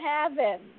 heaven